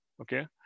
okay